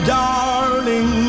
darling